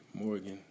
Morgan